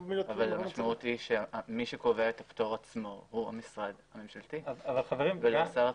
המשמעות היא שמי שקובע את הפטור עצמו זה שר הפנים.